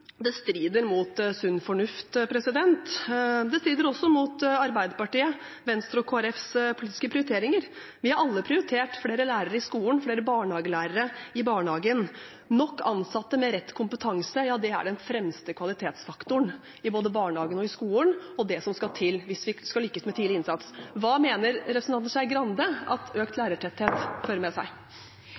Det strider mot sunn fornuft. Det strider også mot Arbeiderpartiets, Venstres og Kristelig Folkepartis politiske prioriteringer; vi har alle prioritert flere lærere i skolen og flere barnehagelærere i barnehagen. Nok ansatte med rett kompetanse er den fremste kvalitetsfaktoren både i barnehagene og i skolen og det som skal til hvis vi skal lykkes med tidlig innsats . Hva mener representanten Skei Grande at økt lærertetthet fører med seg?